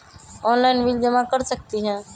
Online bill जमा कर सकती ह?